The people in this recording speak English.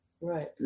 Right